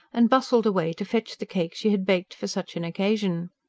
and bustled away to fetch the cake she had baked for such an occasion.